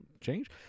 change